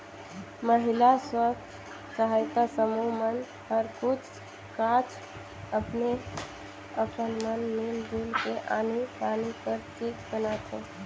महिला स्व सहायता समूह मन हर कुछ काछ अपने अपन मन मिल जुल के आनी बानी कर चीज बनाथे